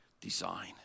design